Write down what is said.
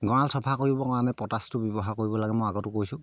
গঁৰাল চফা কৰিবৰ কাৰণে পটাছটো ব্যৱহাৰ কৰিব লাগে মই আগতো কৈছোঁ